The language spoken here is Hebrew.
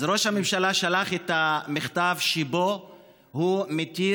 אז ראש הממשלה שלח את המכתב שבו הוא מתיר